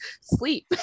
sleep